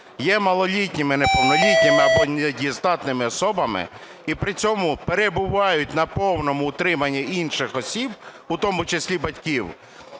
є малолітніми, неповнолітніми або недієздатними особами і при цьому перебувають на повному утриманні інших осіб (у тому числі батьків),